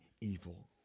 evil